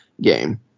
game